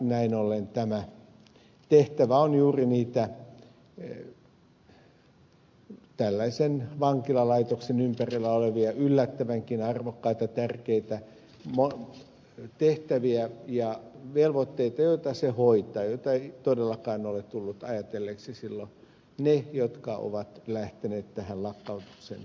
näin ollen tämä tehtävä on juuri niitä vankilalaitoksen ympärillä olevia yllättävänkin arvokkaita tärkeitä tehtäviä ja velvoitteita joita se hoitaa ja joita eivät todellakaan ole tulleet ajatelleeksi ne jotka ovat lähteneet lakkautuksen tielle